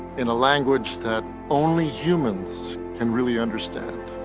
in a language that only humans can really understand?